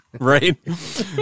right